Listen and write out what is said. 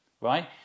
right